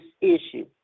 issue